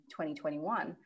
2021